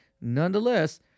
Nonetheless